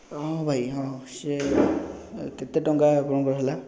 ହଁ ଭାଇ ହଁ ସେ କେତେ ଟଙ୍କା ଆପଣଙ୍କର ହେଲା